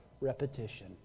Repetition